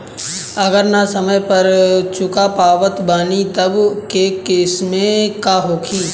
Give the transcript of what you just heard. अगर ना समय पर चुका पावत बानी तब के केसमे का होई?